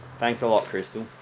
thanks a lot, crystal.